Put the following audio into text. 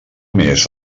més